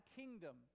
kingdom